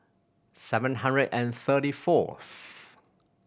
seven hundred and thirty fourth